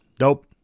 Nope